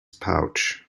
pouch